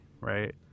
right